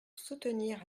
soutenir